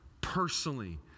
personally